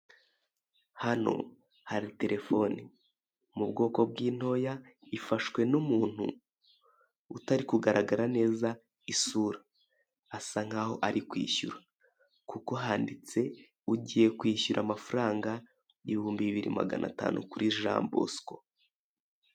Hano hari telefone mu bwoko bw'intoya ifashwe n'umuntu utari kugaragara neza isura, asa nkaho ari kwishyura kuko handitse ugiye kwishyura amafaranga ibihumbi bibiri magana tanu kuri Jean Bosco.